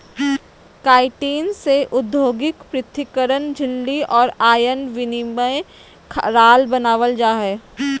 chitin से औद्योगिक पृथक्करण झिल्ली और आयन विनिमय राल बनाबल जा हइ